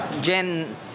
Jen